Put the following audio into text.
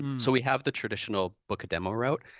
and so we have the traditional book a demo route.